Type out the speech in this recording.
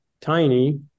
tiny